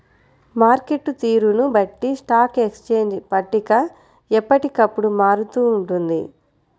market తీరును బట్టి stock exchange పట్టిక ఎప్పటికప్పుడు మారుతూ ఉంటుంది